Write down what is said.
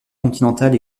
continental